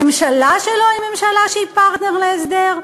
הממשלה שלו היא ממשלה שהיא פרטנר להסדר?